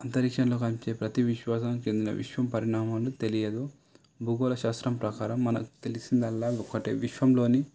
అంతరిక్షంలో కనిపించే ప్రతీ విశ్వాసానికి చెందిన విశ్వం పరిణామాలు తెలియదు భూగోళ శాస్త్రం ప్రకారం మనకి తెలిసిందల్లా ఒక్కటే విశ్వంలోని